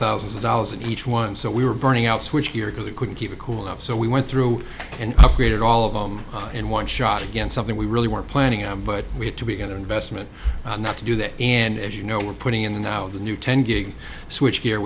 thousands of dollars in each one so we were burning out switch here because we couldn't keep it cool enough so we went through and upgraded all of them in one shot again something we really weren't planning on but we had to be an investment not to do that and you know we're putting in now the new ten gig switch gear